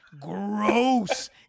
gross